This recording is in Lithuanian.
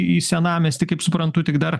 į senamiestį kaip suprantu tik dar